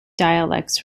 dialects